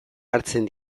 hartzen